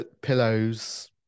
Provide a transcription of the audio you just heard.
pillows